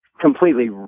completely